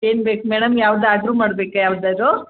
ಏನು ಬೇಕು ಮೇಡಮ್ ಯಾವ್ದು ಆರ್ಡ್ರು ಮಾಡಬೇಕಾ ಯಾವ್ದಾದ್ರು